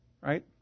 right